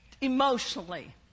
emotionally